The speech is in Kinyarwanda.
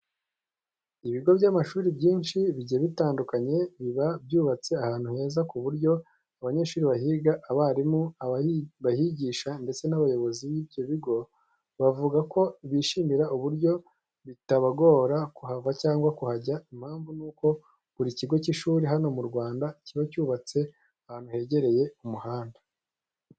Ibigo by'amashuri byinshi bigiye bitandukanye biba byubatse ahantu heza ku buryo abanyeshuri bahiga, abarimu bahigisha ndetse n'abayobozi b'ibyo bigo bavuga ko bishimira uburyo bitabagora kuhava cyangwa kuhajya. Impamvu nuko buri kigo cy'ishuri hano mu Rwanda, kiba cyubatse ahantu hegereye umuhanda.